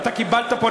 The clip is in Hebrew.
ואתה קיבלת פה,